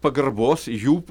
pagarbos jų